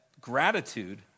gratitude